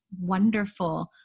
wonderful